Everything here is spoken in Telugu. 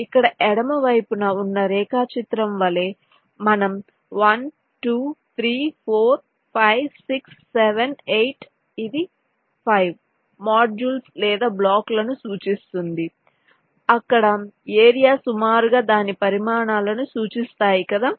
ఇక్కడ ఎడమ వైపున ఉన్న రేఖాచిత్రం వలె మనం 1 2 3 4 5 6 7 8 ఇది 5 మోడ్యుల్స్ లేదా బ్లాకులను సూచిస్తుంది అక్కడ ఏరియా సుమారుగా దాని పరిమాణాలను సూచిస్తాయి కదా